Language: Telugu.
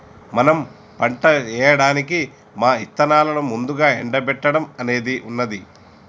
మనం పంట ఏయడానికి మా ఇత్తనాలను ముందుగా ఎండబెట్టడం అనేది ఉన్నది